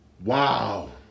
Wow